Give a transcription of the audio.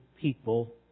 people